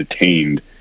detained